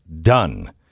done